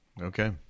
Okay